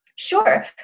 Sure